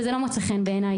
וזה לא מוצא חן בעיניי.